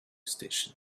station